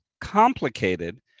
complicated